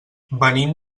venim